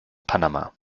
panama